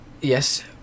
Yes